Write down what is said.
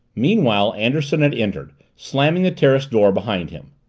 meanwhile anderson had entered, slamming the terrace-door behind him.